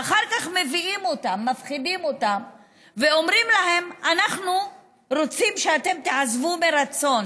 ואחר כך מפחידים אותם ואומרים להם: אנחנו רוצים שאתם תעזבו מרצון.